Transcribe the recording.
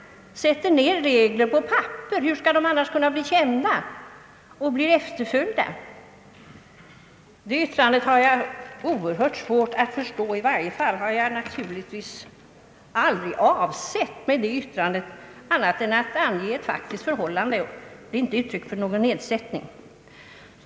Hur skall dessa regler annars bli kända och efterföljda? Jag har naturligtvis aldrig med mitt yttrande avsett annat än att ange ett faktiskt förhållande — det är inte uttryck för något nedsättande.